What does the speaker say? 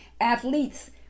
athletes